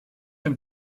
dem